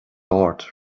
ort